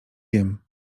wiem